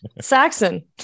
Saxon